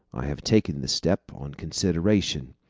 i have taken the step on consideration.